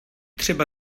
třeba